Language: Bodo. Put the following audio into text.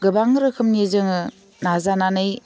गोबां रोखोमनि जोङो नाजानानै